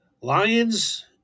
Lions